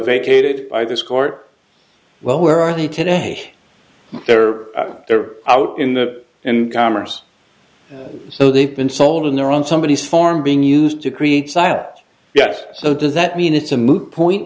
vacated by this court well where are they today they're they're out in the in commerce so they've been sold and they're on somebodies form being used to create silence yes so does that mean it's a moot point